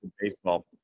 baseball